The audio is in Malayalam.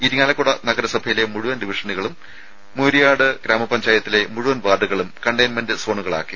ഇരിങ്ങാലക്കുട നഗരസഭയിലെ മുഴുവൻ ഡിവിഷനുകളും മുരിയാട് ഗ്രാമപഞ്ചായത്തിലെ മുഴുവൻ വാർഡുകളും കണ്ടെയ്ൻമെന്റ് സോണുകളാക്കി